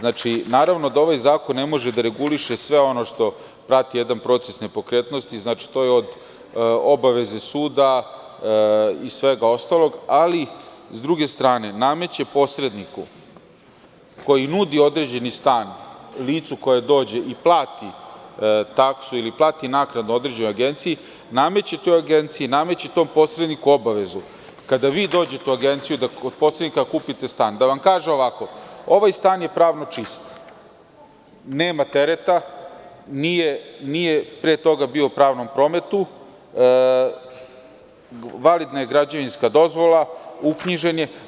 Naravno da ovaj zakon ne može da reguliše sve ono što prati jedan proces nepokretnosti, od obaveze suda i svega ostalog, ali sa druge strane nameće posredniku koji nudi određeni stan licu koje dođe i plati taksu ili plati naknadu određenoj agenciji, nameće toj agenciji, nameće tom posredniku obavezu da kada vi dođete u agenciju kod posrednika da kupite stan, da vam kaže ovako – ovaj stan je pravno čist, nema tereta, nije pre toga bio u pravnom prometu, validna je građevinska dozvola, uknjižen je.